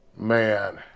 Man